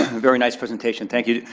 very nice presentation. thank you.